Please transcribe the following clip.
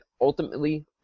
ultimately